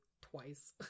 twice